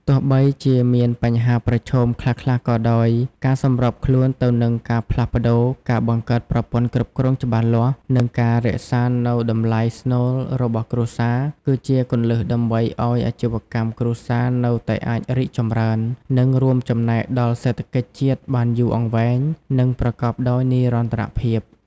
ទោះបីជាមានបញ្ហាប្រឈមខ្លះៗក៏ដោយ ការសម្របខ្លួនទៅនឹងការផ្លាស់ប្តូរ ការបង្កើតប្រព័ន្ធគ្រប់គ្រងច្បាស់លាស់ និងការរក្សានូវតម្លៃស្នូលរបស់គ្រួសារ គឺជាគន្លឹះដើម្បីឲ្យអាជីវកម្មគ្រួសារនៅតែអាចរីកចម្រើន និងរួមចំណែកដល់សេដ្ឋកិច្ចជាតិបានយូរអង្វែង និងប្រកបដោយនិរន្តរភាព។